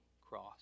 cross